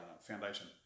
foundation